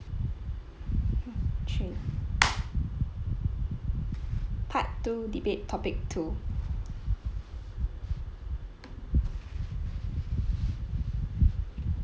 part two debate topic two